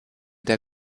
der